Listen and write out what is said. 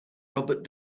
robert